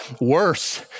worse